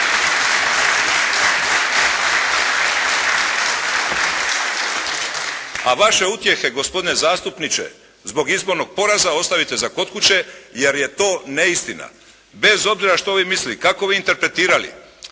a vaše utjehe gospodine zastupniče zbog izbornog poraza ostavite za kod kuće jer je to neistina. Bez obzira što vi mislili, kako vi interpretirali